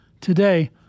Today